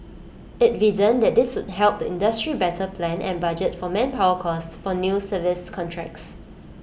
IT reasoned that this would help the industry better plan and budget for manpower costs for new service contracts